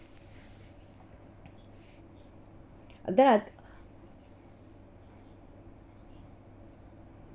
then I